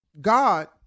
God